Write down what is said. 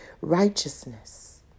Righteousness